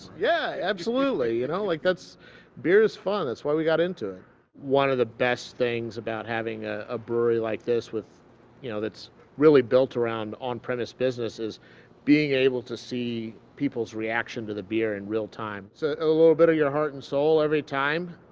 yeah absolutely it only cuts beer is fun that's why we got into one of the best things about having a a brewery like this with you know that's really built around on premise businesses being able to see people's reaction to the beer in real time to so a little bit of your heart and soul every i'd